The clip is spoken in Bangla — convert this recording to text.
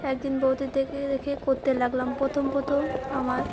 একদিন বউদির দেখে দেখে করতে লাগলাম প্রথম প্রথম আমার